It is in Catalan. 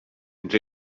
ens